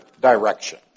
direction